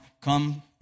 come